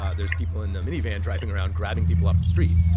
ah there's people in the mini van driving around, grabbing people off the street.